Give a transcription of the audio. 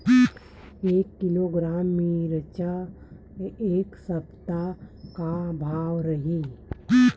एक किलोग्राम मिरचा के ए सप्ता का भाव रहि?